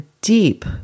deep